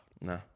Nah